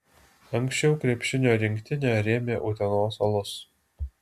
anksčiau krepšinio rinktinę rėmė utenos alus